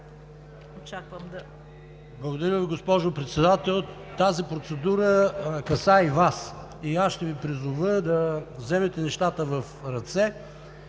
в ПГ): Благодаря Ви, госпожо Председател. Тази процедура касае и Вас и аз ще Ви призова да вземете нещата в ръце